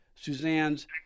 Suzanne's